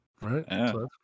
right